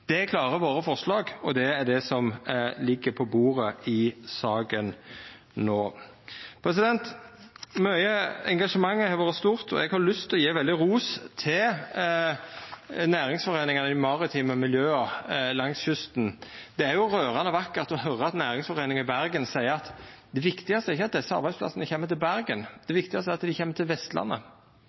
Det klarar våre forslag, og det er det som ligg på bordet i saka no. Engasjementet har vore stort, og eg har lyst til å gje veldig ros til næringsforeiningane i maritime miljø langs kysten. Det er rørande vakkert å høyra at næringsforeininga i Bergen seier at det viktigaste ikkje er at desse arbeidsplassane kjem til Bergen, det viktigaste er at dei kjem til Vestlandet.